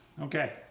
Okay